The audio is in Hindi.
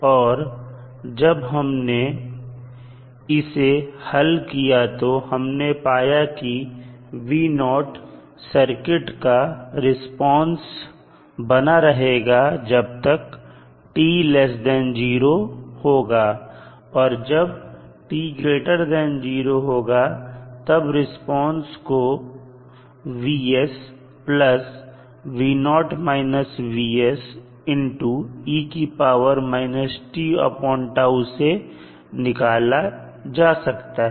और जब हमने इसे हल किया तो हमने पाया कि सर्किट का रिस्पांस बना रहेगा जब तक t0 होगा और जब t0 होगा तब रिस्पांस को से निकाला जा सकता है